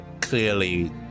clearly